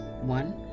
one